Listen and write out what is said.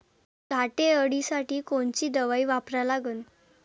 घाटे अळी साठी कोनची दवाई वापरा लागन?